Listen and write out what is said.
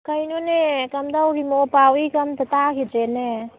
ꯀꯩꯅꯣꯅꯦ ꯀꯝꯗꯧꯔꯤꯅꯣ ꯄꯥꯎ ꯏꯒ ꯑꯝꯇ ꯇꯥꯈꯤꯗ꯭ꯔꯦꯅꯦ